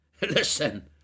listen